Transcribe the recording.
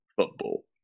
football